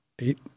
eight